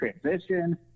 transition